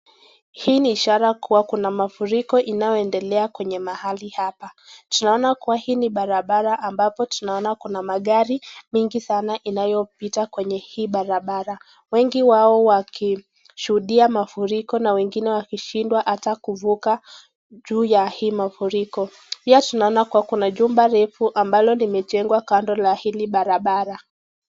Hii ni ishara kuwa kuna mafuriko inayoendelea kwenye mahali hapa. tunaona kuwa hii ni barabara ambapo tunaona kuna magari mingi sana inayopita kwenye hii barabara. Wengi wao wakishuhudia mafuriko na wengine wakishindwa hata kuvuka juu ya hii mafuriko. Pia tunaona kuwa kuna jumba refu ambalo limejengwa kando la hili barabara.